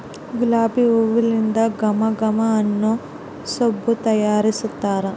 ಗುಲಾಬಿ ಹೂಲಿಂದ ಘಮ ಘಮ ಅನ್ನೊ ಸಬ್ಬು ತಯಾರಿಸ್ತಾರ